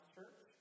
Church